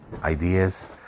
ideas